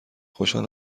خوشحال